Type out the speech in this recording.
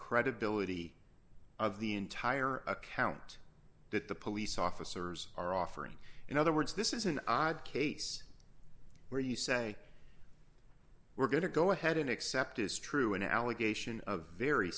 credibility of the entire account that the police officers are offering in other words this is an odd case where you say we're going to go ahead and accept as true an allegation of a very